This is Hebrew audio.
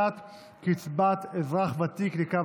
הגבלות על יצוא ביטחוני לכוחות ביטחון